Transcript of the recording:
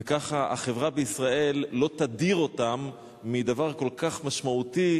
וכך החברה בישראל לא תדיר אותם מדבר כל כך משמעותי,